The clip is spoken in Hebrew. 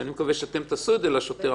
שאני מקווה שתעשו את זה לשוטר,